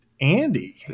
Andy